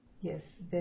Yes